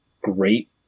great